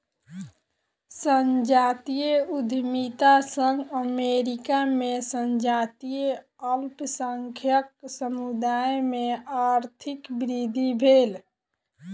संजातीय उद्यमिता सॅ अमेरिका में संजातीय अल्पसंख्यक समुदाय में आर्थिक वृद्धि भेल